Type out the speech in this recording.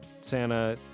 Santa